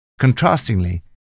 Contrastingly